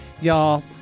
Y'all